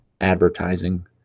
advertising